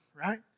right